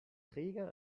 träger